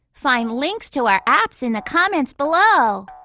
find links to our apps in the comments below.